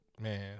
Man